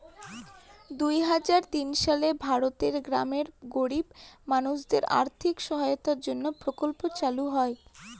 দুই হাজার তিন সালে ভারতের গ্রামের গরিব মানুষদের আর্থিক সহায়তার জন্য প্রকল্প চালু করা হয়